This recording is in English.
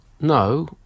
No